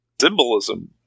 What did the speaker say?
Symbolism